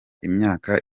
imyaka